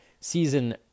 season